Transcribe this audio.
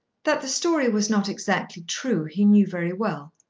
that the story was not exactly true, he knew very well.